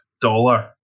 dollar